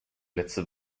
letzte